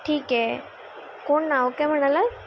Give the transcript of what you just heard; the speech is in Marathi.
ठीके कोण ना ओके म्हणाला